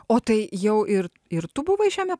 o tai jau ir ir tu buvai šiame